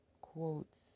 quotes